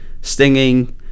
stinging